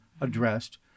addressed